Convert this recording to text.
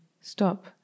stop